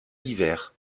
divers